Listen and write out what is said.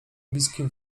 bliskim